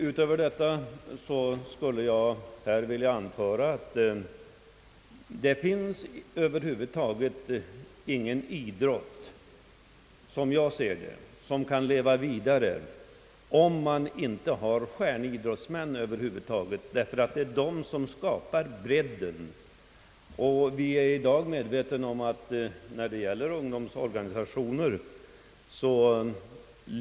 Utöver detta skulle jag vilja anföra att på det hela taget ingen idrott — som jag ser det — kan leva vidare om man inte har stjärnidrottsmän. Det är deras prestationer som skapar bredden. Vi vet att idrottsrörelsen i dag har en ledande ställning bland ungdomsorganisationerna.